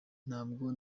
ntabwo